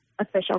official